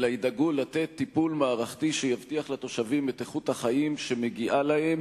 אלא ידאגו לתת טיפול מערכתי שיבטיח לתושבים את איכות החיים שמגיעה להם.